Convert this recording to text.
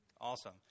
Awesome